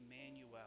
Emmanuel